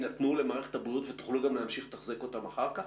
שהם יינתנו למערכת הבריאות ותוכלו גם להמשיך לתחזק אותם אחר כך?